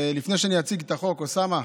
לפני שאני אציג את החוק, אוסאמה,